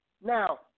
now